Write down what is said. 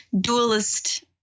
dualist